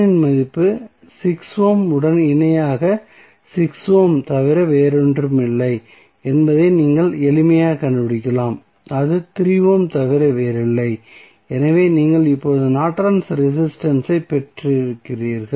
இன் மதிப்பு 6 ஓம் உடன் இணையாக 6 ஓம் தவிர வேறொன்றுமில்லை என்பதை நீங்கள் எளிமையாகக் கண்டுபிடிக்கலாம் அது 3 ஓம் தவிர வேறில்லை எனவே நீங்கள் இப்போது நார்டன்ஸ் ரெசிஸ்டன்ஸ் ஐப் Nortons resistance பெற்றீர்கள்